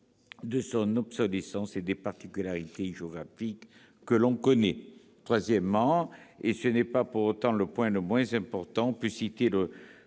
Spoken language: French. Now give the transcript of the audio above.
de son obsolescence et des particularités géographiques que l'on connaît. Troisièmement, et ce n'est pas pour autant le point le moins important, on peut citer le